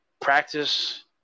practice